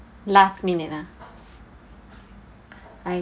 last minute ah I